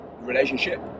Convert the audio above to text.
relationship